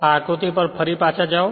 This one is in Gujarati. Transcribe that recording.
આ આકૃતિ પર ફરી પાછા જાઓ